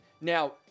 Now